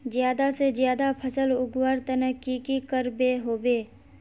ज्यादा से ज्यादा फसल उगवार तने की की करबय होबे?